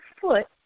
foot